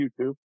youtube